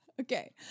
okay